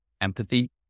empathy